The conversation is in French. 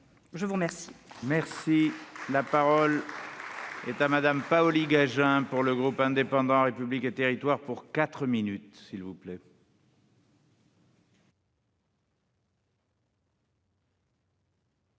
je vous remercie